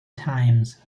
times